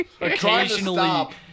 occasionally